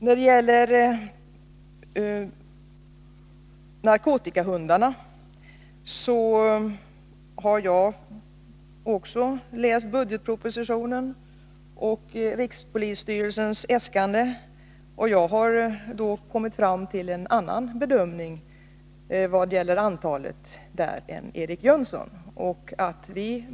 När det gäller narkotikahundarna har jag också läst budgetpropositionen och rikspolisstyrelsens äskanden, och jag har då kommit fram till en annan bedömning vad gäller antalet än vad Eric Jönsson gjort.